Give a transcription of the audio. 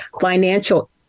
financial